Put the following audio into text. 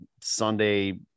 Sunday